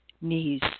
knees